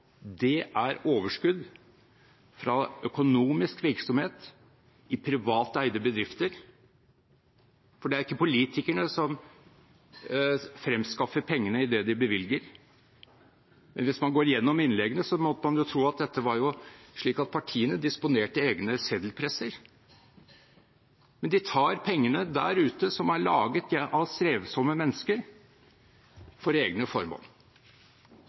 er overskudd fra økonomisk virksomhet i privateide bedrifter. For det er ikke politikerne som fremskaffer pengene idet de bevilger. Hvis man går gjennom innleggene, skulle man tro at det var slik at partiene disponerte egne seddelpresser. Men de tar pengene der ute, som er laget av strevsomme mennesker, for egne formål.